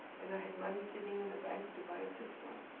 and i had money sitting and the bank to buy a fifth one.